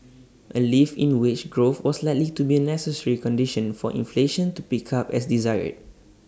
A lift in wage growth was likely to be A necessary condition for inflation to pick up as desired